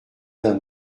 d’un